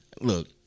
Look